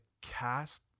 cast